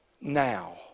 now